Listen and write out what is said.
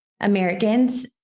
Americans